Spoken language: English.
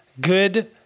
good